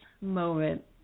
moment